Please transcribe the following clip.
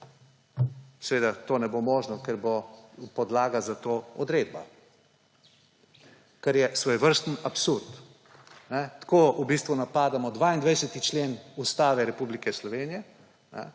seveda to ne bo mogoče, ker bo podlaga za to odredba, kar je svojevrsten absurd. V bistvu napadamo 22. člen Ustave Republike Slovenije